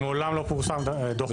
מעולם לא פורסם דוח ביניים.